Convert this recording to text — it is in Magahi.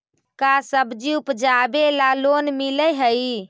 का सब्जी उपजाबेला लोन मिलै हई?